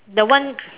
the one